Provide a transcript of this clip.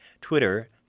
Twitter